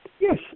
Yes